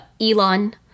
Elon